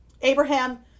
Abraham